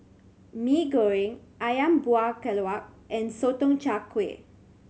Mee Goreng Ayam Buah Keluak and Sotong Char Kway